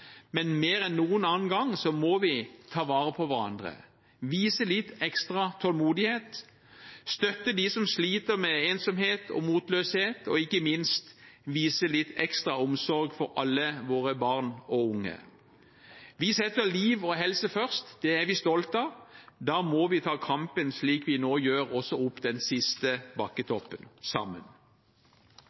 men mer enn noen gang må vi ta vare på hverandre, vise litt ekstra tålmodighet, støtte dem som sliter med ensomhet og motløshet, og ikke minst vise litt ekstra omsorg for alle våre barn og unge. Vi setter liv og helse først, og det er vi stolte av. Da må vi ta kampen slik vi nå gjør, også opp den siste bakketoppen – sammen.